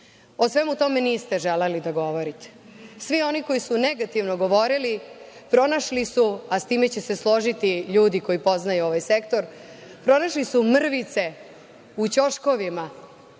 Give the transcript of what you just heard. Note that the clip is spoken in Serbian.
svemu tome niste želeli da govorite. Svi oni koji su negativno govorili pronašli su, a sa time će se složiti ljudi koji poznaju ovaj sektor, pronašli su mrvice u ćoškovima